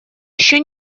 еще